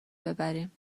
ببریم